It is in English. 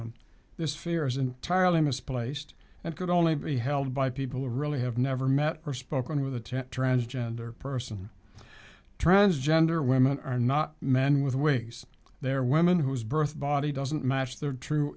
room this fear is entirely misplaced and could only be held by people who really have never met or spoken with a tent transgender person transgender women are not men with wigs they're women whose birth body doesn't match their true